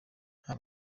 nta